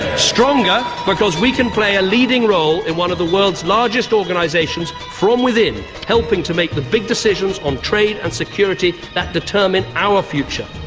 stronger because we can play a leading role in one of the world's largest organisations from within, helping to make the big decisions on trade and security that determine our future.